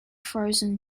frozen